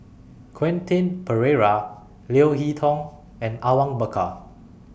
Quentin Pereira Leo Hee Tong and Awang Bakar